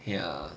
ya